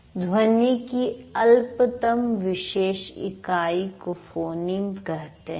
ध्वनि की अल्पतम विशेष इकाई को फोनीम कहते हैं